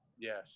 yes